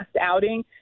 outing